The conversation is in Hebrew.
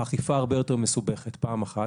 האכיפה הרבה יותר מסובכת פעם אחת.